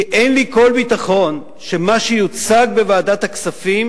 כי אין לי כל ביטחון שמה שיוצג בוועדת הכספים